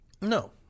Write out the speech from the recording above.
No